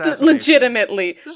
legitimately